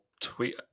tweet